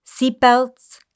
seatbelts